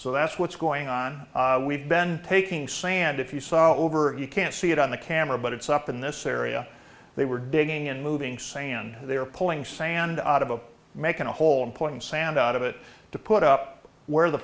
so that's what's going on we've been taking sand if you saw over you can't see it on the camera but it's up in this area they were digging and moving sand they are pulling sand out of a making a hole in point sand out of it to put up where the